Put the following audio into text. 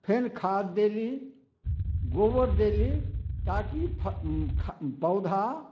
फेर खाद देली गोबर देली ताकि फ खा पौधा